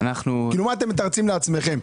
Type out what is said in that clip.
מה אתם מתרצים לעצמכם?